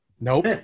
Nope